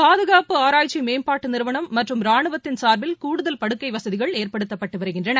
பாதுகாப்பு ஆராய்ச்சி மேம்பாட்டுநிறுவனம் மற்றும் ரானுவத்தின் சார்பில் கூடுதல் படுக்கைவசதிகள் ஏற்படுத்தப்பட்டுவருகின்றன